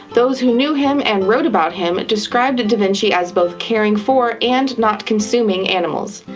those who knew him and wrote about him described da vinci as both caring for and not consuming animals.